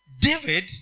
David